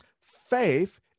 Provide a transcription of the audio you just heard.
faith